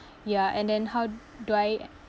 ya and then how do I ac~